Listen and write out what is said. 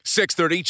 6:30